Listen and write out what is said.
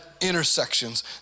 intersections